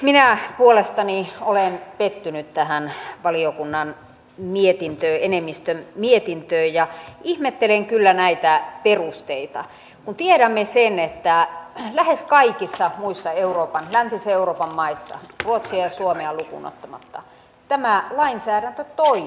minä puolestani olen pettynyt tähän valiokunnan enemmistön mietintöön ja ihmettelen kyllä näitä perusteita kun tiedämme sen että lähes kaikissa muissa läntisen euroopan maissa ruotsia ja suomea lukuun ottamatta tämä lainsäädäntö toimii